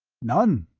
none.